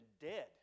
dead